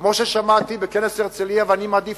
כמו ששמעתי בכנס הרצלייה ואני מעדיף